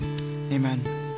amen